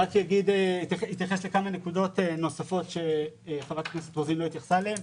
אני אתייחס לכמה נקודות נוספות שחברת הכנסת רוזין לא התייחסה אליהן.